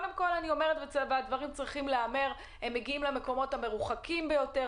כן צריך להיאמר שהם מגיעים למקומות המרוחקים ביותר,